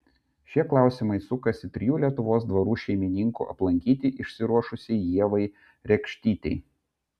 šie klausimai sukasi trijų lietuvos dvarų šeimininkų aplankyti išsiruošusiai ievai rekštytei